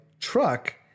truck